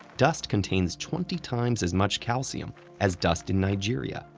dust contains twenty times as much calcium as dust in nigeria,